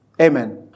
Amen